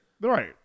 Right